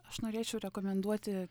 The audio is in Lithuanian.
aš norėčiau rekomenduoti